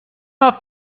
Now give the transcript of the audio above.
off